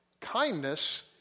kindness